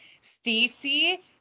Stacey